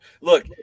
Look